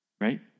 right